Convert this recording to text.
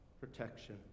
protection